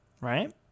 Right